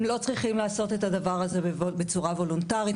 הם לא צריכים לעשות את הדבר הזה בצורה וולונטרית.